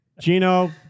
Gino